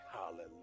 Hallelujah